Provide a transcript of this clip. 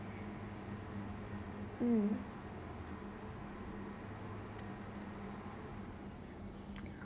mm